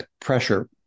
pressure